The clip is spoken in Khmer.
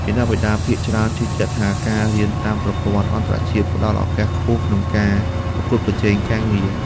មាតាបិតាភាគច្រើនជឿជាក់ថាការរៀនតាមប្រព័ន្ធអន្តរជាតិផ្តល់ឱកាសខ្ពស់ក្នុងការប្រកួតប្រជែងការងារ។